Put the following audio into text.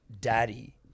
Daddy